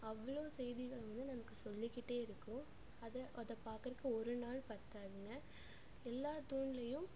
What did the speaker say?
அவ்வளோ செய்திகளை வந்து நமக்கு சொல்லிக்கிட்டே இருக்கும் அதை அதை பாக்கறதுக்கு ஒருநாள் பத்தாதுங்க எல்லா தூண்லேயும்